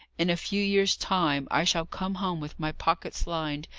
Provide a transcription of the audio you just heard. in a few years' time i shall come home with my pockets lined,